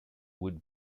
would